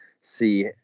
see